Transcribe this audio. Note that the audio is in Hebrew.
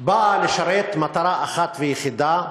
באה לשרת מטרה אחת ויחידה,